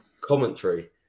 commentary